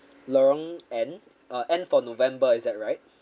lorong N uh N for november is that right